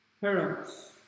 parents